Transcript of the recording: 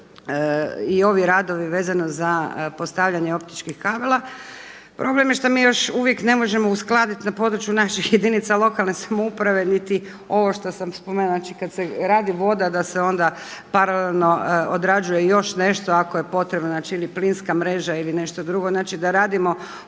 i ovi radovi vezano za postavljanje optičkih kabala. Problem je što mi još uvijek ne možemo uskladiti na području naših jedinica lokalne samouprave niti ovo što sam spomenula, znači kada se radi voda da se onda paralelno odrađuje još nešto ako je potrebno znači ili plinska mreža ili nešto drugo, znači da radimo